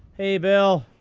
hey, bill.